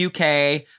UK